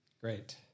Great